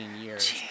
years